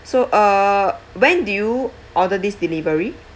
so uh when did you order this delivery